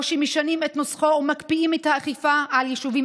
או שמשנים את נוסחו ומקפיאים את האכיפה על יישובים